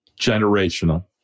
Generational